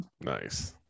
Nice